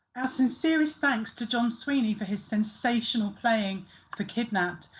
our sincerest thanks to john sweeney for his sensational playing for kidnapped,